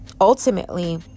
ultimately